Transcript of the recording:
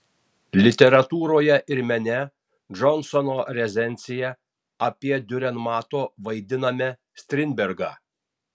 literatūroje ir mene jansono recenzija apie diurenmato vaidiname strindbergą